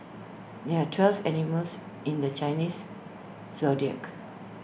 there are twelve animals in the Chinese Zodiac